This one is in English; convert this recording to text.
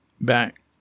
back